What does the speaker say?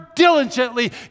diligently